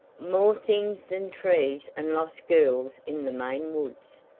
more things than trees and lost girls in the maine woods,